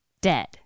dead